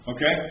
Okay